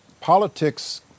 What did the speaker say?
politics